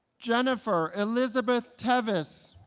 jennifer elizabeth tevis